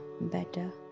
better